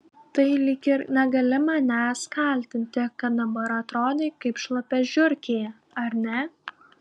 tai lyg ir negali manęs kaltinti kad dabar atrodai kaip šlapia žiurkė ar ne